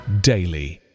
daily